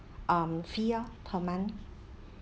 um fee lor per month